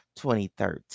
2013